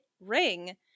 ring